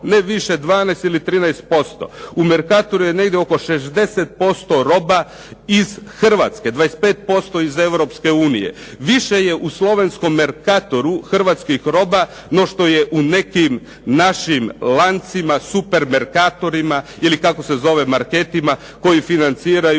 ne više 12, ili 13%". U Mercatoru je negdje oko 60% roba iz Hrvatske, 25% iz Eu, više je u slovenskom "Mercatoru" hrvatskih roba no što je u nekim našim lancima, supermerkatorima ili kako se zove marketima, koji financiraju